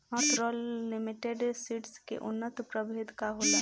North Royal Limited Seeds के उन्नत प्रभेद का होला?